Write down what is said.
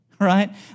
right